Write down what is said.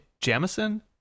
Jamison